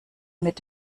mit